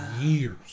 years